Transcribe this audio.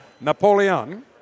Napoleon